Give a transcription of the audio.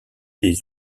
des